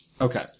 Okay